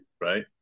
right